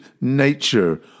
nature